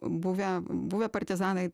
buvę buvę partizanai